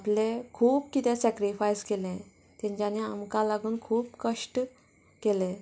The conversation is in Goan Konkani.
आपलें खूब कितें सेक्रिफायस केलें तेंच्यांनी आमकां लागून खूब कश्ट केले